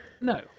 No